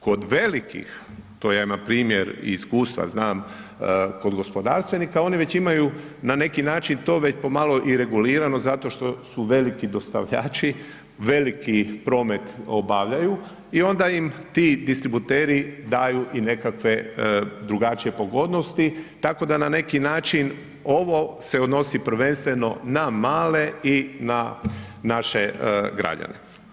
Kod velikih, to ja npr. iz iskustva znam kod gospodarstvenika oni već imaju na neki način to već po malo i regulirano zato što su veliki dostavljači, veliki promet obavljaju i onda im ti distributeri daju i nekakve drugačije pogodnosti tako da na neki način ovo se odnosi prvenstveno na male i na naše građane.